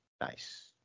Nice